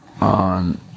on